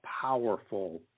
powerful